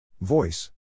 Voice